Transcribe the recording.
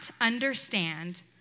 understand